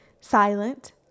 silent